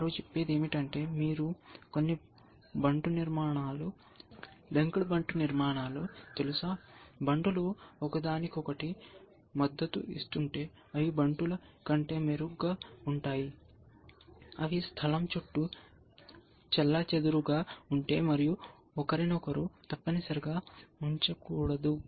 వారు చెప్పేది ఏమిటంటే మీకు కొన్ని బంటు నిర్మాణాలు లింక్డ్ బంటు నిర్మాణాలు తెలుసా బంటులు ఒకదానికొకటి మద్దతు ఇస్తుంటే అవి బంటుల కంటే మెరుగ్గా ఉంటాయి అవి స్థలం చుట్టూ చెల్లాచెదురుగా ఉంటే మరియు ఒకరినొకరు తప్పనిసరిగా ఉంచకూడదు